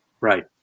Right